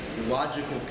logical